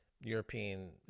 European